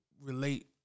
relate